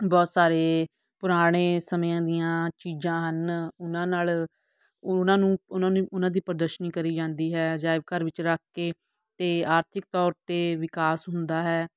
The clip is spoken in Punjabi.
ਬਹੁਤ ਸਾਰੇ ਪੁਰਾਣੇ ਸਮਿਆਂ ਦੀਆਂ ਚੀਜ਼ਾਂ ਹਨ ਉਹਨਾਂ ਨਾਲ ਉਹਨਾਂ ਨੂੰ ਉਹਨਾਂ ਨੂੰ ਉਹਨਾਂ ਦੀ ਪ੍ਰਦਰਸ਼ਨੀ ਕਰੀ ਜਾਂਦੀ ਹੈ ਅਜਾਇਬ ਘਰ ਵਿੱਚ ਰੱਖ ਕੇ ਅਤੇ ਆਰਥਿਕ ਤੌਰ 'ਤੇ ਵਿਕਾਸ ਹੁੰਦਾ ਹੈ